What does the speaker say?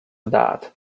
that